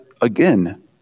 again